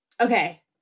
Okay